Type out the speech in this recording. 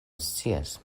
scias